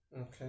Okay